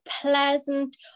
pleasant